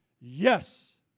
yes